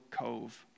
cove